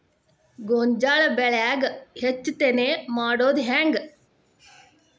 ಗೋಂಜಾಳ ಬೆಳ್ಯಾಗ ಹೆಚ್ಚತೆನೆ ಮಾಡುದ ಹೆಂಗ್?